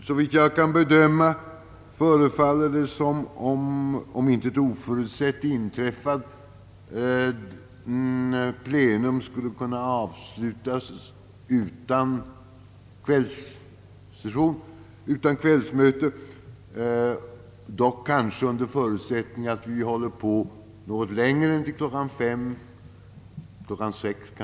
Såvitt jag kan bedöma, skulle — om intet oförutsett inträffat — detta plenum kunna avslutas utan kvällsplenum, dock kanske under förutsättning att plenum fortsätter något längre än till kl. 17.00 — kanske till kl.